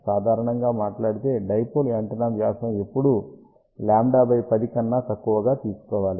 సాధారణంగా మాట్లాడితే dipole antenna వ్యాసం ఎల్లప్పుడూ λ 10 కన్నా తక్కువగా తీసుకోవాలి